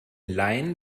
laien